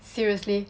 seriously